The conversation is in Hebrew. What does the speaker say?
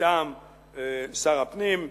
מטעם שר הפנים: